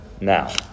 now